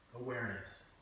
awareness